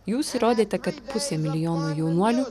jūs įrodėte kad pusė milijono jaunuolių